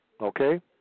Okay